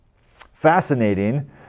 Fascinating